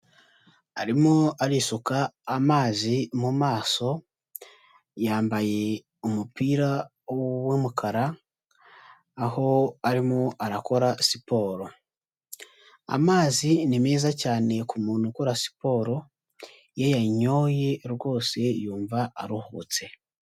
Arimo arisuka amazi mu maso, yambaye umupira w',umukara aho arimo arakora siporo, amazi ni meza cyane ku muntu ukora siporo, iyo ayanyoye rwose yumva aruhutse.